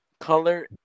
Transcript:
color